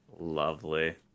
Lovely